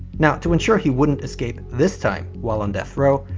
now to ensure he wouldn't escape this time while on death row,